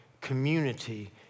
community